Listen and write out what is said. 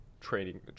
training